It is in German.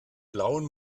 blauen